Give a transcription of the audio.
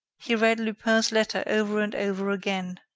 he read lupin's letter over and over again.